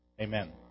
Amen